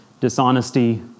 dishonesty